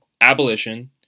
abolition